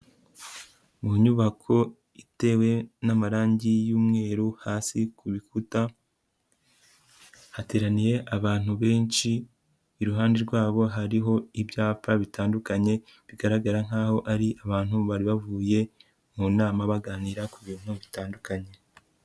Mu nyubako itewe n'amarangi y'umweru hasi ku rukuta, hateraniye abantu benshi, iruhande rwabo hariho ibyapa bitandukanye bigaragara nkaho ari abantu bari bavuye mu nama baganira ku bintu bitandukanye.